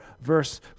verse